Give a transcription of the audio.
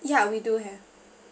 yeah we do have